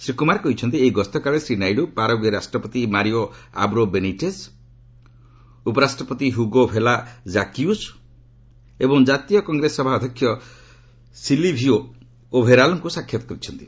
ଶ୍ରୀ କୁମାର କହିଛନ୍ତି ଏହି ଗସ୍ତ କାଳରେ ଶ୍ରୀ ନାଇଡ଼ୁ ପାରାଗୁଏ ରାଷ୍ଟ୍ରପତି ମାରିଓ ଆବ୍ରୋ ବେନିଟେକ୍ ଉପରାଷ୍ଟ୍ରପତି ହୁଗୋ ଭେଲା ଜାକ୍ୟୁଜ୍ ଏବଂ ଜାତୀୟ କଂଗ୍ରେସ ସଭା ଅଧ୍ୟକ୍ଷ ସିଲିଭିଓ ଓଭେଲାରଙ୍କୁ ସାକ୍ଷାତ କରିଛନ୍ତି